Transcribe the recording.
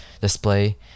display